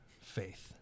faith